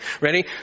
Ready